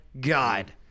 God